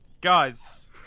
Guys